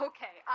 Okay